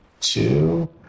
Two